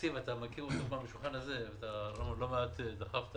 התקציב אתה מכיר אותו, לא מעט דחפת